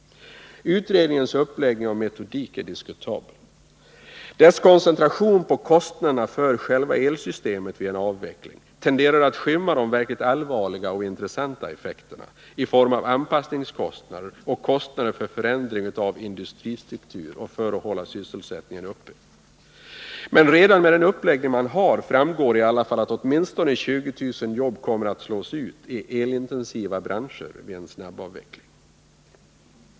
Utredningens uppläggning och metodik är diskutabel. Dess koncentration på kostnaderna för själva elsystemet vid en avveckling tenderar att skymma de verkligt allvarliga och intressanta effekterna i form av anpassningskostnader och kostnader för förändring av industristruktur och för att hålla sysselsättningen uppe. Redan med den uppläggning man har framgår dock att åtminstone 20 000 jobb kommer att slås ut i elintensiva branscher vid en snabbavveckling.